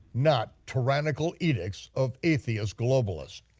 not tyrannical edicts of atheist globalists.